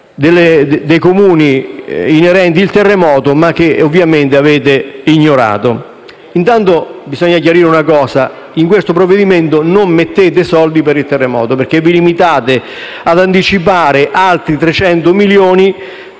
dei Comuni terremotati, che ovviamente avete ignorato. Intanto, bisogna chiarire un punto: in questo provvedimento non mettete soldi per il terremoto, ma vi limitate ad anticipare altri 300 milioni